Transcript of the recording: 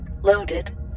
loaded